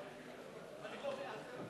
נינו אבסדזה, לא עברה את הקריאה הטרומית.